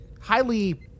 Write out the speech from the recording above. highly